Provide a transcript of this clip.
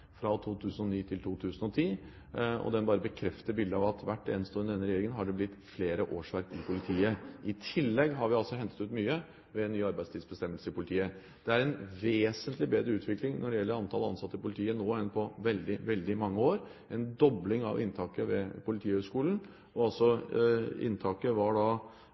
fra 2009 til 2010. Det bare bekrefter bildet av at hvert eneste år under denne regjeringen har det blitt flere årsverk i politiet. I tillegg har vi hentet ut mye ved nye arbeidstidsbestemmelser i politiet. Det er en vesentlig bedre utvikling når det gjelder antall ansatte i politiet, nå enn på veldig, veldig mange år. Det har vært en dobling av inntaket ved Politihøgskolen. Inntaket var da